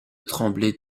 tremblay